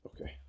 Okay